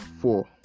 four